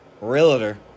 Realtor